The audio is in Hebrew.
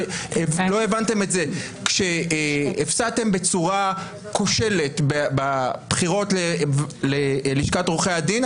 אם לא הבנתם את זה כשהפסדתם בצורה כושלת בבחירות ללשכת עורכי הדין,